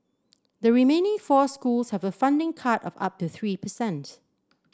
the remaining four schools have a funding cut of up to three per cent